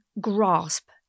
grasp